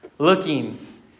looking